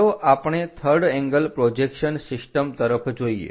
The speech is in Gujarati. ચાલો આપણે થર્ડ એંગલ પ્રોજેક્શન સિસ્ટમ તરફ જોઈએ